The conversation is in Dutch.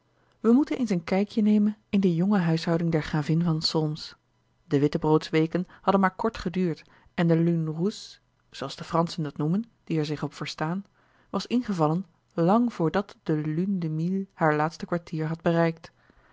wij moeten eens een kijkje nemen in de jonge huishouding der gravin van solms de wittebroodsweken hadden maar kort geduurd en de lune rousse zooals de franschen dat noemen die er zich op verstaan was ingevallen lang voordat de lune de miel haar laatste kwartier had bereikt